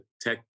tech